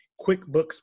QuickBooks